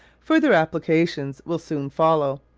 further applications will soon follow.